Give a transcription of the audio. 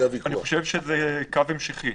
אני חושב שזה קו המשכי.